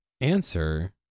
answer